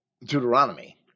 Deuteronomy